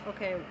Okay